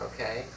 okay